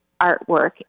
artwork